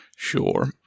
Sure